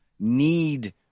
need